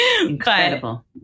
Incredible